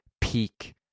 peak